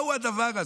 מהו הדבר הזה?